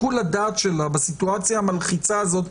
בסיטואציה המלחיצה הזאת,